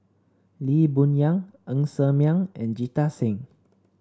Lee Boon Yang Ng Ser Miang and Jita Singh